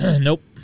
Nope